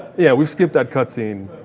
yeah, we've skipped that cut scene,